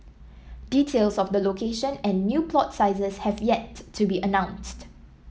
details of the location and new plot sizes have yet to be announced